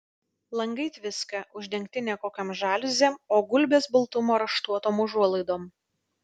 langai tviska uždengti ne kokiom žaliuzėm o gulbės baltumo raštuotom užuolaidom